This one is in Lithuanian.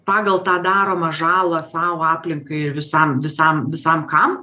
pagal tą daromą žalą sau aplinkai ir visam visam visam kam